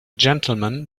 gentleman